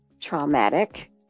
traumatic